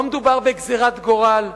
לא מדובר בגזירת גורל.